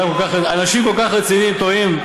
אנשים כל כך רציניים טועים?